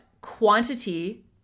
quantity